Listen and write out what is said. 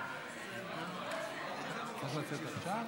הייתה הצבעה.